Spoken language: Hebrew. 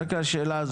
רק לשאלה פה.